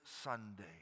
Sunday